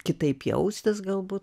kitaip jaustis galbūt